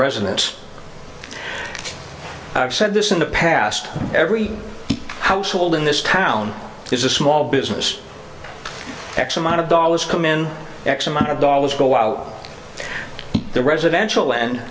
residents i've said this in the past every household in this town is a small business x amount of dollars come in x amount of dollars go out the residential end